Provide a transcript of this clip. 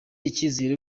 icyizere